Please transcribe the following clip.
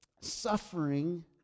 suffering